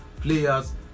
players